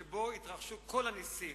שבו יתרחשו כל הנסים,